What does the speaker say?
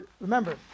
remember